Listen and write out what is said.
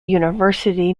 university